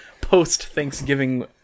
post-Thanksgiving